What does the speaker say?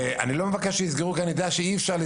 ואני לא מבקש שיסגרו כי אני יודע שאי אפשר.